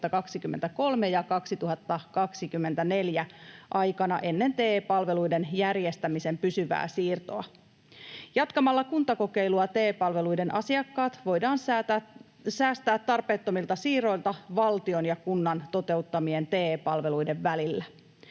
ja 2024 aikana ennen TE-palveluiden järjestämisen pysyvää siirtoa. Jatkamalla kuntakokeilua TE-palveluiden asiakkaat voidaan säästää tarpeettomilta siirroilta valtion ja kunnan toteuttamien TE-palveluiden välillä.